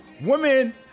Women